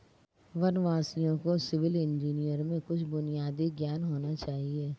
वनवासियों को civil engineering में कुछ बुनियादी ज्ञान होना चाहिए